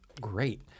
Great